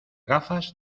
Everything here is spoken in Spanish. gafas